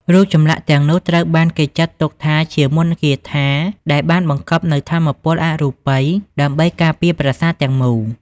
រូបចម្លាក់ទាំងនោះត្រូវបានគេចាត់ទុកថាជាមន្តគាថាដែលបានបង្កប់នូវថាមពលអរូបី ដើម្បីការពារប្រាសាទទាំងមូល។